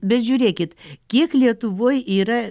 bet žiūrėkit kiek lietuvoj yra